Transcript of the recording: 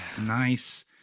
nice